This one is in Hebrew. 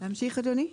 להמשיך אדוני?